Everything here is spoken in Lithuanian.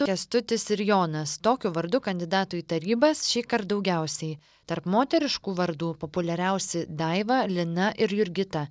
kęstutis ir jonas tokiu vardu kandidatų į tarybas šįkart daugiausiai tarp moteriškų vardų populiariausi daiva lina ir jurgita